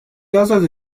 ازاده